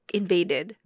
invaded